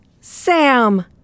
Sam